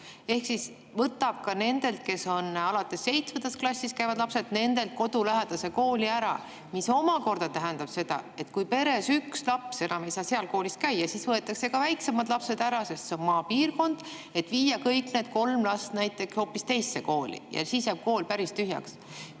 ehk võtab nendelt lastelt alates seitsmendast klassist kodulähedase kooli ära. See omakorda tähendab seda, et kui peres üks laps enam ei saa seal koolis käia, siis võetakse ka väiksemad lapsed sealt ära – sest see on maapiirkond –, et viia kõik need kolm last näiteks hoopis teise kooli. Ja siis jääb kool päris tühjaks.